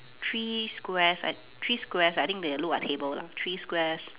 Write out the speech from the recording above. three squares I three squares I think they look like table lah three squares